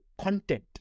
content